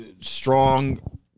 strong